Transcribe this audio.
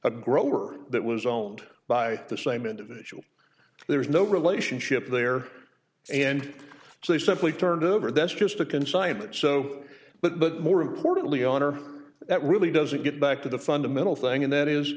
a grower that was owned by the same individual there's no relationship there and so they simply turned over that's just a consignment so but more importantly owner that really doesn't get back to the fundamental thing that is